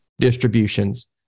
distributions